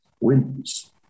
wins